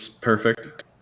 perfect